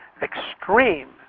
extreme